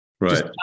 Right